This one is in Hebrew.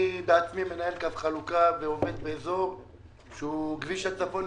אני בעצמי מנהל קו חלוקה ועובד באזור שהוא כביש הצפון,